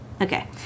Okay